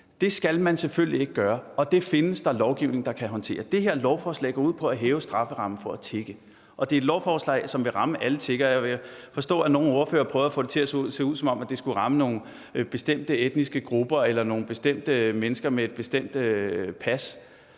Det skal man selvfølgelig ikke gøre, og det findes der lovgivning der kan håndtere. Det her lovforslag går ud på at hæve strafferammen for at tigge, og det er et lovforslag, som vil ramme alle tiggere. Jeg kan forstå, at nogle ordførere prøver at få det til at se ud, som om det skulle ramme nogle bestemte etniske grupper eller nogle bestemte mennesker med et bestemt pas,